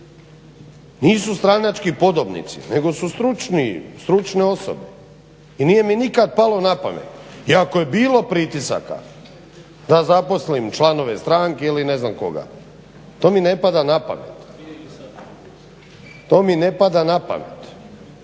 nisu stranački podobnici nego su stručni, stručne osobe. I nije mi nikad palo na pamet iako je bilo pritisaka da zaposlim članove stranke ili ne znam koga. To mi ne pada na pamet. I tako se treba